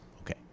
okay